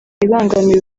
ibangamira